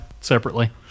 separately